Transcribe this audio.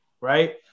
right